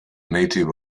native